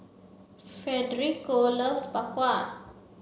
Federico loves bak kwa